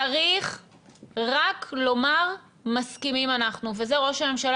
צריך רק לומר מסכימים אנחנו וזה ראש הממשלה